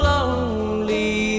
Lonely